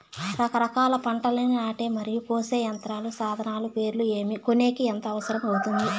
రకరకాల పంటలని నాటే మరియు కోసే యంత్రాలు, సాధనాలు పేర్లు ఏమి, కొనేకి ఎంత అవసరం అవుతుంది?